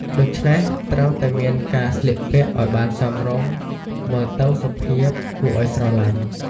ដូច្នេះត្រូវតែមានការស្លៀកពាក់ឲ្យបានសមរម្យ មើលទៅសុភាពគួរអោយស្រឡាញ់។